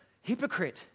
hypocrite